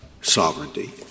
sovereignty